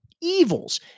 evils